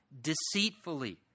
deceitfully